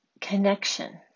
connection